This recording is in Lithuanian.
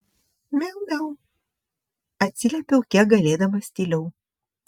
miau miau atsiliepiau kiek galėdamas tyliau